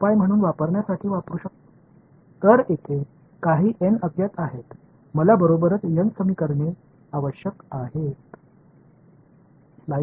எனவே நாங்கள் என்ன செய்வோம் என்றால் மேட்சிங் பாயிண்ட் அனைத்து புள்ளிகளுக்கும் இந்த செயல்முறையைத் தொடருவோம்